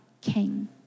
king